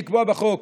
לקבוע בחוק